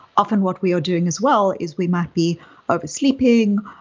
often what we are doing as well is we might be oversleeping.